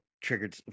triggered